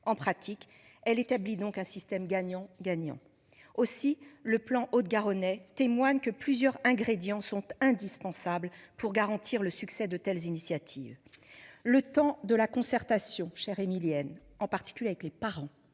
en pratique elle établit donc un système gagnant gagnant aussi le plan Haute-Garonne elle témoigne que plusieurs ingrédients sont indispensables pour garantir le succès de telles initiatives. Le temps de la concertation cher Émilienne en particulier avec les parents